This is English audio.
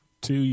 two